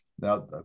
Now